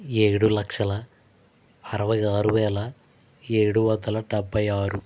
ఏడు లక్షల అరవై ఆరువేల ఏడువందల డెబ్బై ఆరు